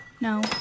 No